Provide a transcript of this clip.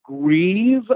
grieve